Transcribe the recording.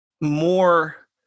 more